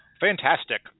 Fantastic